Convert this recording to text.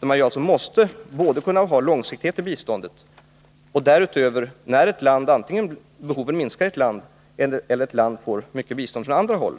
Vi måste alltså både kunna ha långsiktighet i biståndet och, när antingen ett lands behov minskar eller ett land får mycket bistånd från andra håll,